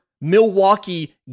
Milwaukee